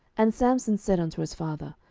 and samson said unto his father,